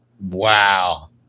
Wow